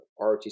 ROTC